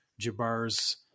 Jabbar's